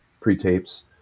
pre-tapes